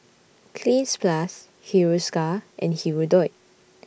Cleanz Plus Hiruscar and Hirudoid